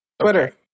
Twitter